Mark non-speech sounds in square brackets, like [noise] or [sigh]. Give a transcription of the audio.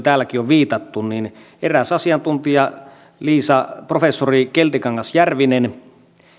[unintelligible] täälläkin on viitattu että eräs asiantuntija professori liisa keltikangas järvinen